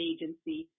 Agency